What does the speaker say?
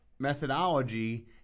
methodology